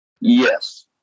Yes